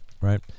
right